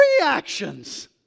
reactions